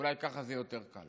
אולי ככה זה יהיה יותר קל.